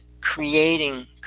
Creating